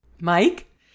Mike